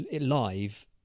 live